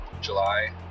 July